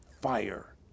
fire